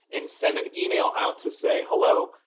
and send an email out to say hello.